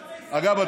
אגב,